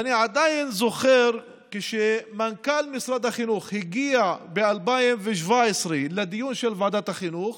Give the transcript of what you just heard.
ואני עדיין זוכר שמנכ"ל משרד החינוך הגיע ב-2017 לדיון של ועדת החינוך